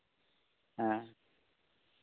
ᱦᱮᱸ